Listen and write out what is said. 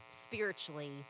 spiritually